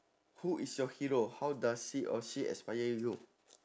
who is your hero how does he or she aspire you